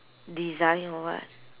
design or what